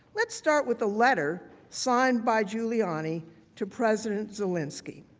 let's start with a letter signed by giuliani to president zelensky.